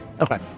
Okay